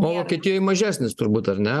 o vokietijoj mažesnis turbūt ar ne